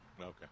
Okay